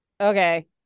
Okay